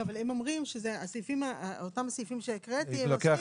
אבל הם אומרים שהסעיפים שהקראתי - אם הם נותנים